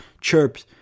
chirps